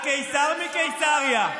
הקיסר מקיסריה,